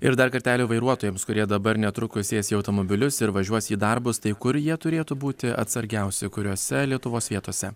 ir dar kartelį vairuotojams kurie dabar netrukus sės į automobilius ir važiuos į darbus tai kur jie turėtų būti atsargiausi kuriose lietuvos vietose